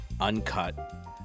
uncut